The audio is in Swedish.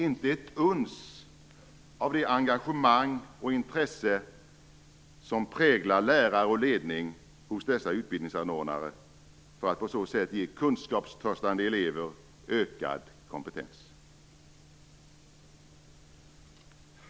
Inte ett uns av det engagemang och intresse som präglar lärare och ledning hos dessa utbildningsanordnare för att ge kunskapstörstande elever ökad kompetens.